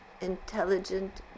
intelligent